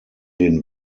den